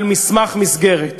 על מסמך מסגרת.